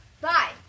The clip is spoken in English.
bye